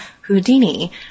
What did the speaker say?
Houdini